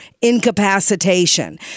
incapacitation